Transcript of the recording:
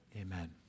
amen